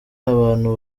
abantu